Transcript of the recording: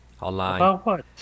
Online